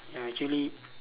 ya actually